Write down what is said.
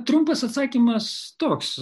trumpas atsakymas toks